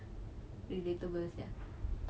relatable sia